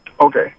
okay